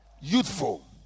youthful